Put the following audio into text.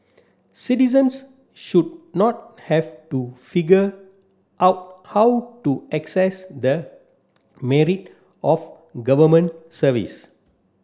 citizens should not have to figure out how to access the married of Government service